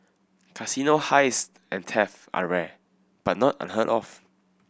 casino heist and theft are rare but not unheard of